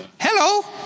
Hello